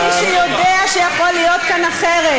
מי שיודע שיכול להיות כאן אחרת.